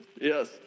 Yes